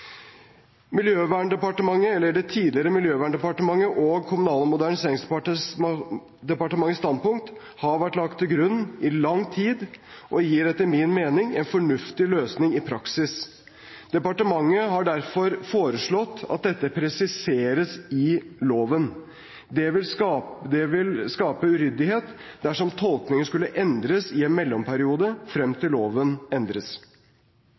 Miljøverndepartementet og Kommunal- og moderniseringsdepartementets standpunkt har vært lagt til grunn i lang tid og gir etter min mening en fornuftig løsning i praksis. Departementet har derfor foreslått at dette presiseres i loven. Det vil skape uryddighet dersom tolkningen skulle endres i en mellomperiode frem til loven endres.